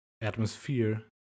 atmosphere